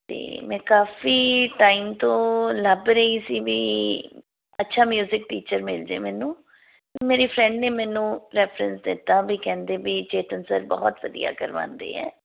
ਅਤੇ ਮੈਂ ਕਾਫ਼ੀ ਟਾਈਮ ਤੋਂ ਲੱਭ ਰਹੀ ਸੀ ਵੀ ਅੱਛਾ ਮਿਊਜਿਕ ਟੀਚਰ ਮਿਲ ਜਾਵੇ ਮੈਨੂੰ ਅਤੇ ਮੇਰੀ ਫਰੈਂਡ ਨੇ ਮੈਨੂੰ ਰੈਫਰੈਂਸ ਦਿੱਤਾ ਵੀ ਕਹਿੰਦੇ ਵੀ ਚੇਤਨ ਸਰ ਬਹੁਤ ਵਧੀਆ ਕਰਵਾਉਂਦੇ ਹੈ